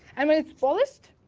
i mean it's polished,